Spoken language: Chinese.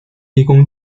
提供